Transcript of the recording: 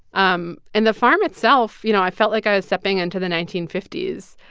um and the farm itself you know, i felt like i was stepping into the nineteen fifty s.